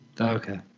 okay